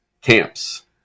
camps